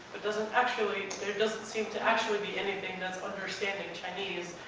but doesn't actually there doesn't seem to actually anything that's understanding chinese.